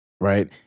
Right